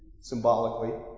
symbolically